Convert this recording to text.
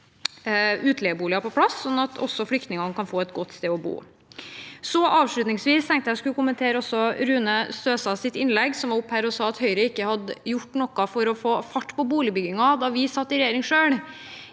utleieboliger på plass så også flyktningene kan få et godt sted å bo. Avslutningsvis tenkte jeg at jeg også skulle kommentere Rune Støstads innlegg. Han var oppe her og sa at Høyre ikke hadde gjort noe for å få fart på boligbyggingen da vi satt i regjering selv.